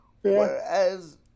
Whereas